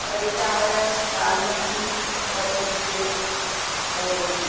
कढ़ी चांवरु दाल मखनी और मिक्स वेज ॿ रोटी